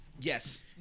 yes